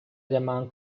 llamaban